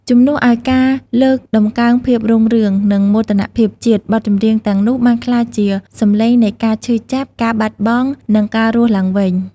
ជំនួសឱ្យការលើកតម្កើងភាពរុងរឿង និងមោទនភាពជាតិ បទចម្រៀងទាំងនោះបានក្លាយជា សំឡេងនៃការឈឺចាប់ ការបាត់បង់ និងការរស់ឡើងវិញ។